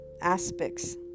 aspects